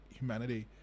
humanity